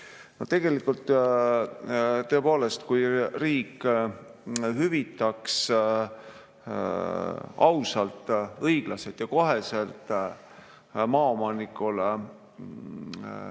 Tegelikult tõepoolest, kui riik hüvitaks ausalt, õiglaselt ja otsekohe maaomanikule